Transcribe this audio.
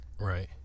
Right